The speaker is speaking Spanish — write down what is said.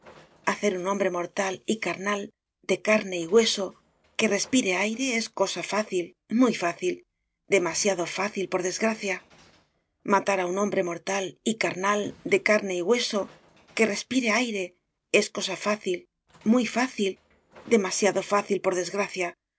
hacer un hombre mortal y carnal de carne y hueso que respire aire es cosa fácil muy fácil demasiado fácil por desgracia matar a un hombre mortal y carnal de carne y hueso que respire aire es cosa fácil muy fácil demasiado fácil por desgracia